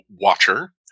Watcher